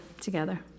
together